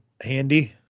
handy